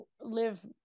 live